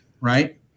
Right